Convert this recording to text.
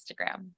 Instagram